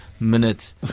Minute